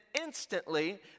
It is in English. instantly